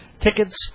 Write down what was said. Tickets